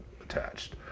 attached